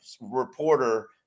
reporter